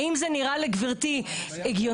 האם זה נראה לגברתי הגיוני?